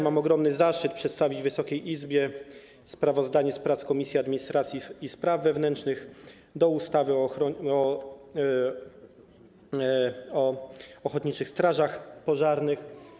Mam ogromny zaszczyt przedstawić Wysokiej Izbie sprawozdanie z prac Komisji Administracji i Spraw Wewnętrznych odnośnie do ustawy o ochotniczych strażach pożarnych.